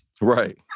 Right